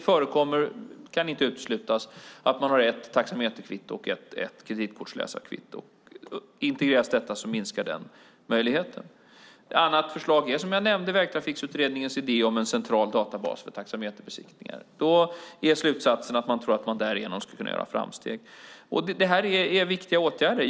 Det kan inte uteslutas att man har ett taxameterkvitto och ett kreditkortsläsarkvitto. Om dessa integreras minskar möjligheten för fusk. Det andra förslaget är, som jag nämnde, Vägtrafikregisterutredningens idé om en central databas för taxameterbesiktningar. Slutsatsen är att man tror att man därigenom skulle kunna göra framsteg. De är viktiga åtgärder.